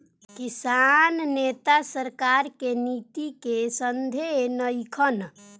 किसान नेता सरकार के नीति के संघे नइखन